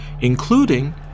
including